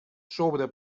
sobre